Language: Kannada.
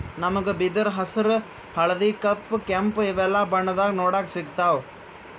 ನಮ್ಗ್ ಬಿದಿರ್ ಹಸ್ರ್ ಹಳ್ದಿ ಕಪ್ ಕೆಂಪ್ ಇವೆಲ್ಲಾ ಬಣ್ಣದಾಗ್ ನೋಡಕ್ ಸಿಗ್ತಾವ್